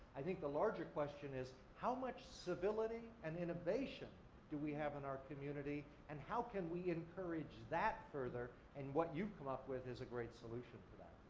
i think the larger question is how much civility and innovation do we have in our community and how can we encourage that further and what you've come up with is a great solution to that.